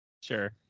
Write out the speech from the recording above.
Sure